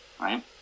Right